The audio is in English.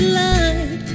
light